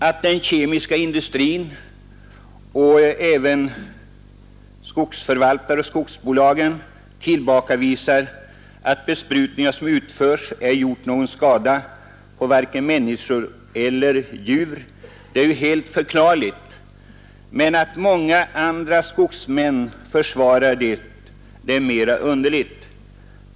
Att den kemiska industrin och även skogsförvaltare och skogsbolag tillbakavisar påståendena att besprutningar som utförts åsamkat människor och djur skador är helt förklarligt, men att många andra skogsmän försvarar användningen av dessa gifter är mer underligt.